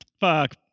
fuck